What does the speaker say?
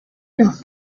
los